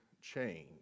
change